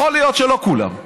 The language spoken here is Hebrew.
יכול להיות שלא כולם,